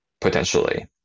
potentially